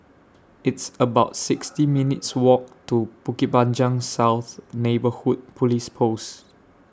It's about sixty minutes' Walk to Bukit Panjang South Neighbourhood Police Post